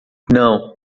não